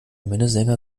minnesänger